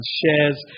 shares